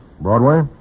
Broadway